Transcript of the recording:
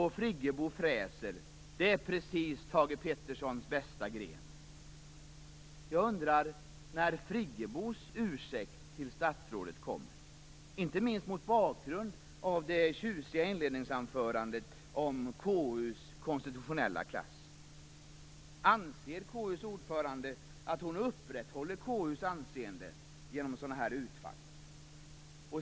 Friggebo fräser då: "Det är precis Thage Petersons bästa gren." Jag undrar när Friggebos ursäkt till statsrådet kommer, inte minst mot bakgrund av det tjusiga inledningsanförandet om KU:s konstitutionella klass. Anser KU:s ordförande att hon upprätthåller KU:s anseende genom sådana här utfall?